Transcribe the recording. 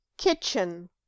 Kitchen